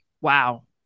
Wow